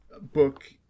book